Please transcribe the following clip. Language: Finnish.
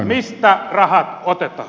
mistä rahat otetaan